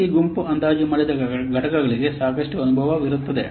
ಪ್ರತಿ ಗುಂಪು ಅಂದಾಜು ಮಾಡಿದ ಘಟಕಗಳಿಗೆ ಸಾಕಷ್ಟು ಅನುಭವವಿರುತ್ತದೆ